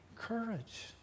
courage